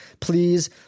Please